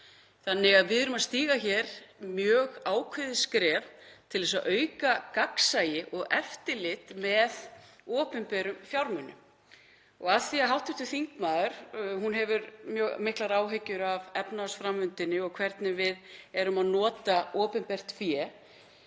algerlega. Við erum því að stíga hér mjög ákveðið skref til þess að auka gagnsæi og eftirlit með opinberum fjármunum. Af því að hv. þingmaður hefur mjög miklar áhyggjur af efnahagsframvindunni og hvernig við erum að nota opinbert fé